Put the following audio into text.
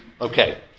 Okay